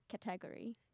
category